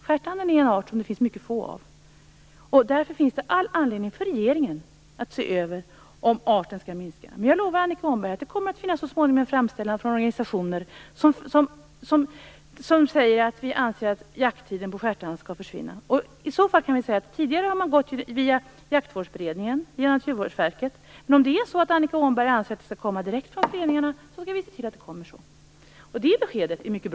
Stjärtanden är en art som det finns mycket få av. Därför finns det all anledning för regeringen att se över om arten skall minska. Jag lovar Annika Åhnberg att det så småningom kommer att finnas en framställan från organisationer som säger att man anser att jakttiden på stjärtand skall försvinna. Tidigare har man gått via Jaktvårdsberedningen och Naturvårdsverket, men om Annika Åhnberg anser att en framställan skall komma direkt från föreningarna skall vi se till att det blir så. Det var mycket bra att få det här beskedet.